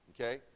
Okay